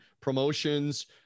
Promotions